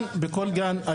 בכל גן,